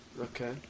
Okay